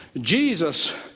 Jesus